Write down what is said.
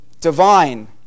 Divine